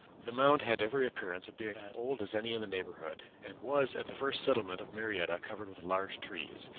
the mound had every appearance of being as old as any in the neighborhood, and was at the first settlement of marietta covered with large trees.